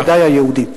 ודאי היהודים.